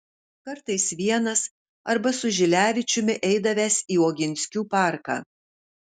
kartais vienas arba su žilevičiumi eidavęs į oginskių parką